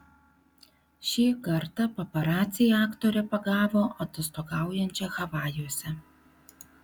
šį kartą paparaciai aktorę pagavo atostogaujančią havajuose